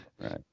Right